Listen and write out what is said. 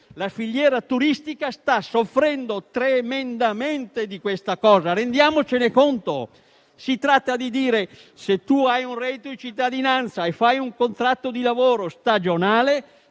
la filiera turistica sta soffrendo tremendamente di questo fenomeno, rendiamocene conto. Si tratta di stabilire che chi gode del reddito di cittadinanza e stipula un contratto di lavoro stagionale